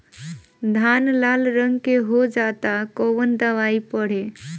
धान लाल रंग के हो जाता कवन दवाई पढ़े?